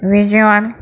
visual